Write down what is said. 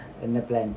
என்ன:enna plan